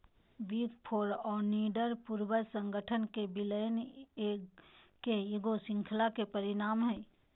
big four auditor पूर्वज संगठन के विलय के ईगो श्रृंखला के परिणाम हइ